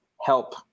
help